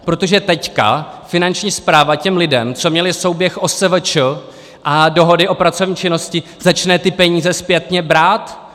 Protože teď Finanční správa těm lidem, co měli souběh OSVČ a dohody o pracovní činnosti, začne ty peníze zpětně brát.